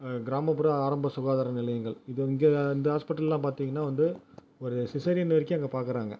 கிராமப்புற ஆரம்ப சுகாதார நிலையங்கள் இதை இங்கே இந்த ஹாஸ்பிட்டல்லாம் பார்த்திங்கன்னா வந்து ஒரு சிஸேரியன் வரைக்கும் அங்கே பார்க்குறாங்க